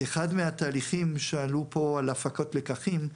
אחד מהתהליכים שעלו פה על הפקת לקחים,